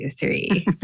three